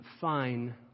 fine